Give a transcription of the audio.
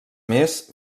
més